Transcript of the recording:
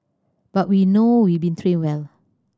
but we know we've been trained well